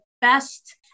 best